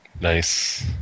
nice